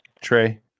Trey